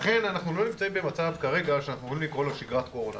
לכן אנחנו לא נמצאים במצב כרגע שאנחנו יכולים לקרוא לו שגרת קורונה.